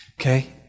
Okay